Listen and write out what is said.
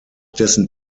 dessen